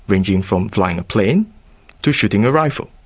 ranging from flying a plane to shooting a rifle.